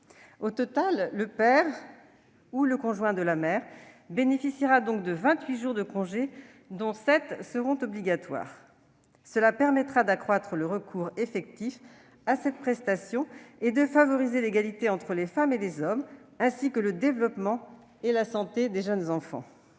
Au total, le père ou le conjoint de la mère bénéficiera donc de vingt-huit jours de congé, dont sept seront obligatoires. Cela permettra d'accroître le recours effectif à cette prestation et de favoriser l'égalité entre les femmes et les hommes, ainsi que le développement et la santé des jeunes enfants.